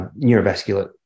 neurovascular